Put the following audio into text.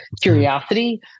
curiosity